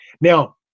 now